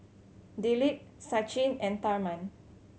Dilip Sachin and Tharman